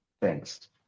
thanks